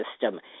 system